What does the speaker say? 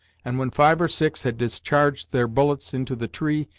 and when five or six had discharged their bullets into the tree,